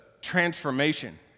transformation